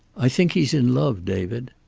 i think he's in love, david.